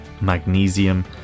magnesium